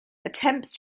attempts